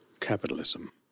capitalism